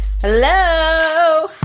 Hello